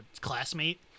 classmate